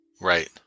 right